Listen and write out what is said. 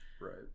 Right